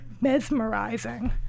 mesmerizing